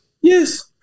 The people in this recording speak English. yes